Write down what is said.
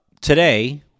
Today